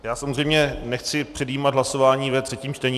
Já samozřejmě nechci předjímat hlasování ve třetím čtení.